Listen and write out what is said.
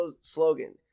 slogan